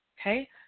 Okay